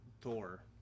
Thor